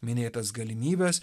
minėtas galimybes